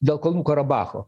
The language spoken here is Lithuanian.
dėl kalnų karabacho